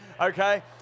okay